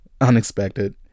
unexpected